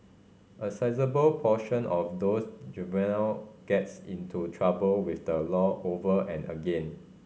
a sizeable proportion of these juvenile gets into trouble with the law over and again